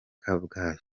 kabgayi